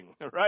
right